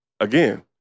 again